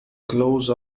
close